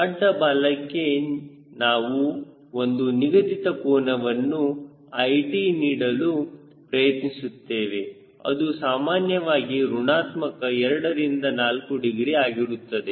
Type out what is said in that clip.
ಅಡ್ಡ ಬಾಲಕ್ಕೆ ನಾವು ಒಂದು ನಿಗದಿತ ಕೋನವನ್ನು 𝑖t ನೀಡಲು ಪ್ರಯತ್ನಿಸುತ್ತೇವೆ ಅದು ಸಾಮಾನ್ಯವಾಗಿ ಋಣಾತ್ಮಕ 2 ರಿಂದ 4 ಡಿಗ್ರಿ ಆಗಿರುತ್ತದೆ